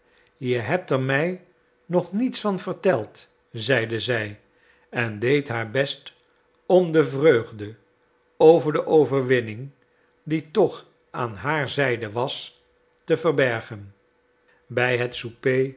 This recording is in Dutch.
je hebt er mij nog niets van verteld zeide zij en deed haar best om de vreugde over de overwinning die toch aan haar zijde was te verbergen by het souper